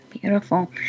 Beautiful